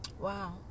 Wow